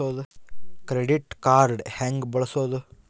Credit card ಹೆಂಗ ಬಳಸೋದು?